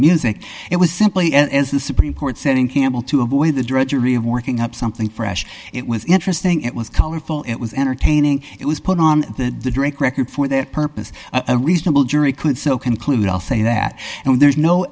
music it was simply the supreme court said in campbell to avoid the drudgery of working up something fresh it was interesting it was colorful it was entertaining it was put on the drink record for that purpose a reasonable jury could conclude i'll say that and there's no